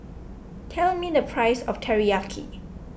tell me the price of Teriyaki